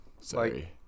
sorry